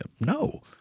No